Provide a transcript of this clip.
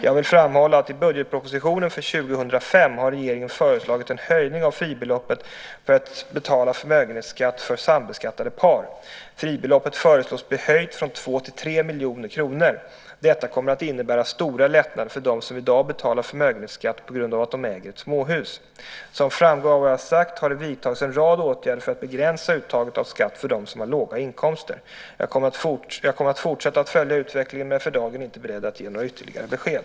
Jag vill framhålla att i budgetpropositionen för 2005 har regeringen föreslagit en höjning av fribeloppet för att betala förmögenhetsskatt för sambeskattade par. Fribeloppet föreslås bli höjt från 2 till 3 miljoner kronor. Detta kommer att innebära stora lättnader för dem som i dag betalar förmögenhetsskatt på grund av att de äger ett småhus. Som framgår av vad jag sagt har det vidtagits en rad åtgärder för att begränsa uttaget av skatt för dem som har låga inkomster. Jag kommer att fortsätta att följa utvecklingen men är för dagen inte beredd att ge några ytterligare besked.